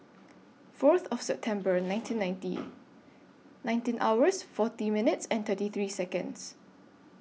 Fourth of September nineteen ninety nineteen hours forty minutes and thirty three Seconds